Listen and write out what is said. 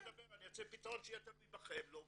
פתרון שיהיה תלוי בכם, לא בי.